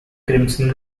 crimson